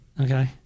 Okay